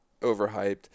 overhyped